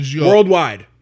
worldwide